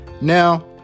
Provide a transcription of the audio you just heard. Now